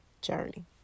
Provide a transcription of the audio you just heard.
journey